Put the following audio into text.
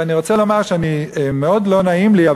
ואני רוצה לומר שמאוד לא נעים לי,